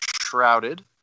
Shrouded